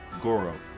Goro